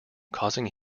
causing